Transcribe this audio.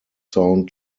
sound